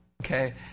Okay